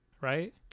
right